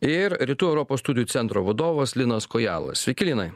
ir rytų europos studijų centro vadovas linas kojala sveiki linai